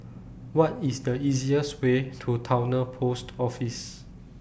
What IS The easiest Way to Towner Post Office